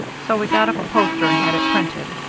so we got up a poster and had it printed,